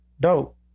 dope